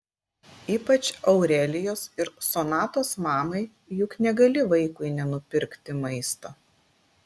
ypač aurelijos ir sonatos mamai juk negali vaikui nenupirkti maisto